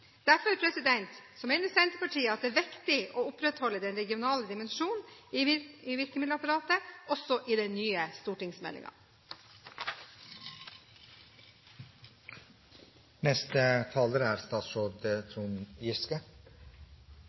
Derfor mener Senterpartiet at det er viktig å opprettholde den regionale dimensjonen i virkemiddelapparatet også i den nye